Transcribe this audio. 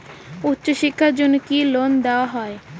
উচ্চশিক্ষার জন্য কি লোন দেওয়া হয়?